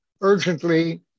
urgently